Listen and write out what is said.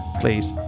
please